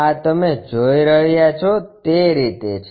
આ તમે જોઈ રહ્યા છો તે રીતે છે